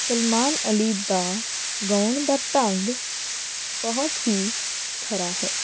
ਸਲਮਾਨ ਅਲੀ ਦਾ ਗਾਉਣ ਦਾ ਢੰਗ ਬਹੁਤ ਹੀ ਖਰਾ ਹੈ